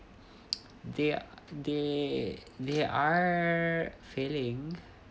they they are failing